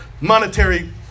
Monetary